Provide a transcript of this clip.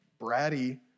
bratty